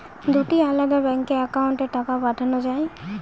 দুটি আলাদা ব্যাংকে অ্যাকাউন্টের টাকা পাঠানো য়ায়?